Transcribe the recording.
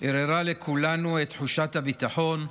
ערערה לכולנו את תחושת הביטחון,